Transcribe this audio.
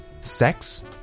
sex